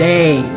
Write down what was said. Day